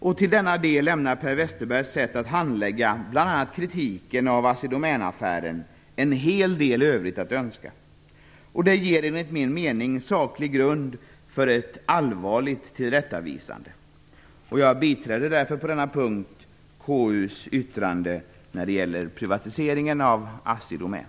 I detta avseende lämnar Per Westerbergs sätt att handlägga bl.a. kritiken mot Assi Domän-affären en hel del övrigt att önska. Det ger enligt min mening saklig grund för ett allvarligt tillrättavisande. Jag biträder därför på denna punkt KU:s yttrande när det gäller privatiseringen av Assi Domän.